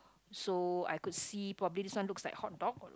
so I could see probably this one looks like hot dog